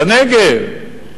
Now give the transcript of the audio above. בנגב.